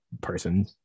person